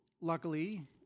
luckily